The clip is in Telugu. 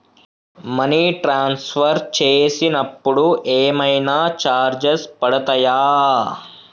మనీ ట్రాన్స్ఫర్ చేసినప్పుడు ఏమైనా చార్జెస్ పడతయా?